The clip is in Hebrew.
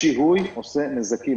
השיהוי עושה נזקים.